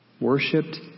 worshipped